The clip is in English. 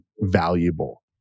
valuable